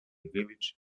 village